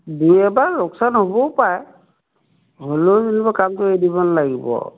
দুই এবাৰ লোকচান হ'বও পাৰে হ'লেও যেনিবা কামটো এৰি দিব নালাগিব